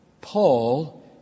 Paul